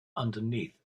underneath